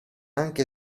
anche